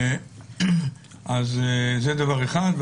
זה דבר אחד.